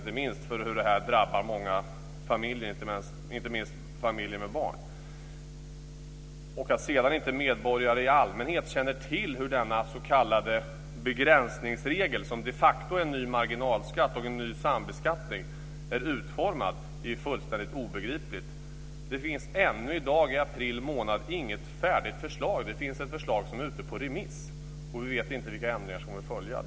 Det drabbar många familjer, och inte minst familjer med barn. Att sedan inte medborgare i allmänhet känner till hur denna s.k. begränsningsregel - som de facto är en ny marginalskatt och en ny sambeskattning - är utformad är fullständigt obegripligt. Det finns ännu i dag i april månad inte något färdigt förslag. Det finns ett förslag som är ute på remiss. Vi vet inte vilka ändringar som kommer att följa.